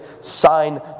sign